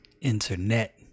internet